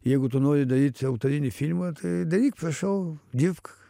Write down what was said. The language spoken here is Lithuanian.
jeigu tu nori daryt autorinį filmą tai daryk prašau dirbk